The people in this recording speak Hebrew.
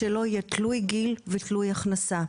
שזה לא יהיה תלוי גיל ותלוי הכנסה.